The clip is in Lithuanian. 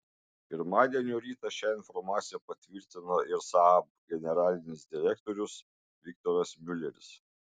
pirmadienio rytą šią informaciją patvirtino ir saab generalinis direktorius viktoras miuleris